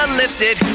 lifted